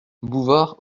bouvard